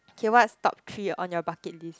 kay what's top three on your bucketlist